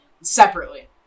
separately